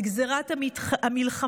את גזרת המלחמה,